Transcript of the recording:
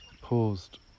paused